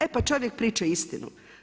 E pa čovjek priča istinu.